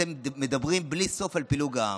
אתם מדברים בלי סוף על פילוג העם.